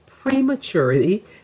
prematurity